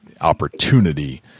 opportunity